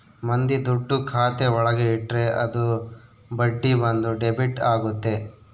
ಮಂದಿ ದುಡ್ಡು ಖಾತೆ ಒಳಗ ಇಟ್ರೆ ಅದು ಬಡ್ಡಿ ಬಂದು ಡೆಬಿಟ್ ಆಗುತ್ತೆ